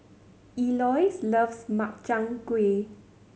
Eloise loves Makchang Gui